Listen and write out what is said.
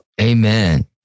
Amen